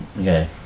Okay